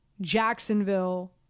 Jacksonville